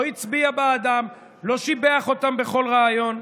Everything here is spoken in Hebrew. לא הצביע בעדן, לא שיבח אותן בכל ריאיון.